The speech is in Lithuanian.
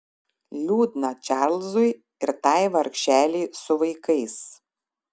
liūdna čarlzui ir tai vargšelei su vaikais